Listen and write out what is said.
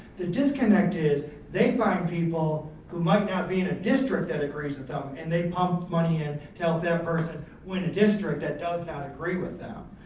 the disconnect is they find people who might not be in a district that agrees with them and they pump money in, to help that person win a district, that does not agree with them,